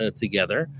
together